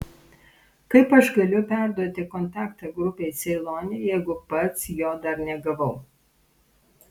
kaip aš galiu perduoti kontaktą grupei ceilone jeigu pats jo dar negavau